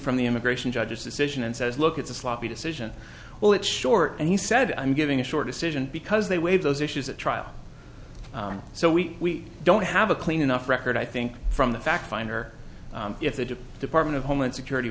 from the immigration judge's decision and says look it's a sloppy decision well it's short and he said i'm giving a short decision because they waive those issues at trial so we don't have a clean enough record i think from the fact finder if the department of homeland security